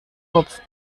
kopf